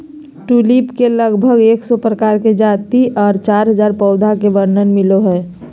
tulip के लगभग एक सौ प्रकार के जाति आर चार हजार पौधा के वर्णन मिलो हय